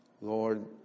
Lord